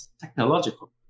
technological